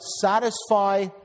satisfy